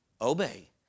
obey